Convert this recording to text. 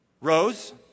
rose